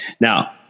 Now